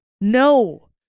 No